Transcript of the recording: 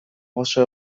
oso